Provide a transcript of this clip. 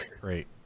great